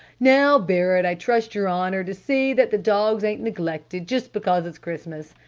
now barret i trust your honor to see that the dogs ain't neglected just because it's christmas.